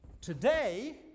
today